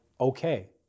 okay